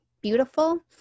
beautiful